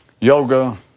yoga